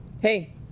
Hey